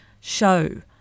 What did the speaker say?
show